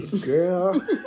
Girl